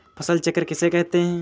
फसल चक्र किसे कहते हैं?